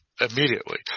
immediately